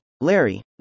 Larry